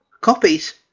copies